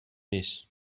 mis